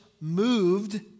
Moved